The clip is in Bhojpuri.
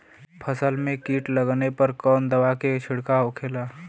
फसल में कीट लगने पर कौन दवा के छिड़काव होखेला?